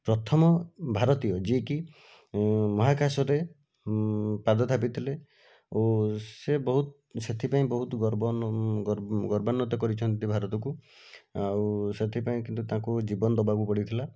ପ୍ରଥମ ଭାରତୀୟ ଯିଏକି ମହାକାଶରେ ପାଦ ଥାପିଥିଲେ ଓ ସେ ବହୁତ ସେଥିପାଇଁ ବହୁତ ଗର୍ବ ଗୌରବାନ୍ଵିତ କରିଛନ୍ତି ଭାରତକୁ ଆଉ ସେଥିପାଇଁ କିନ୍ତୁ ତାଙ୍କୁ ଜୀବନ ଦେବାକୁ ପଡ଼ିଥିଲା